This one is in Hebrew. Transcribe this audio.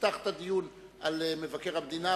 שיפתח את הדיון על מבקר המדינה,